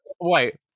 wait